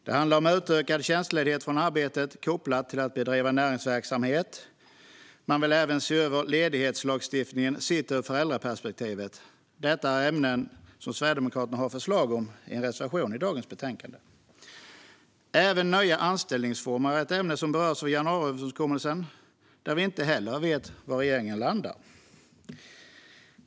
Det handlar om utökad tjänstledighet från arbetet kopplat till att bedriva näringsverksamhet, men man vill även se över ledighetslagstiftningen sett ur föräldraperspektivet. Detta är ämnen som Sverigedemokraterna har förslag om i en reservation i dagens betänkande. Även nya anställningsformer är ett ämne som berörs av januariöverenskommelsen, och där vet vi inte heller var regeringen landar.